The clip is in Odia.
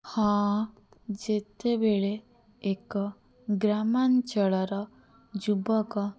ହଁ ଯେତେବେଳେ ଏକ ଗ୍ରାମାଞ୍ଚଳର ଯୁବକ